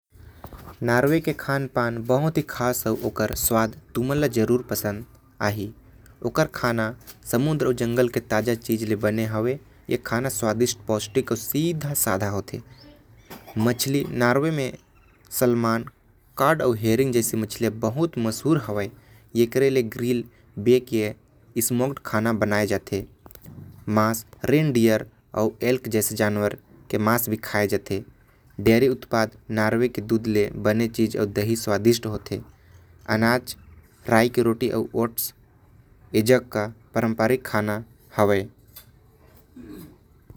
नॉर्वे के खान-पान बहुत खास होथे। ओमन के खाना समुन्द्र अउ जंगल के ताजा चीज मन से बने होथे। नॉर्वे म सैल्मन जैसा मछली बहुत मशहूर हवे। यहा स्मोक्ड अउ ग्रिल खाना बनाये जाथे यहा हिरण के मांस भी खाये जाथे। डेयरी के खाना भी स्वादिष्ट होथे अउ। अनाज, राई के रोटी, अउ ओएट्स यहा के पारंपरिक खाना हवे।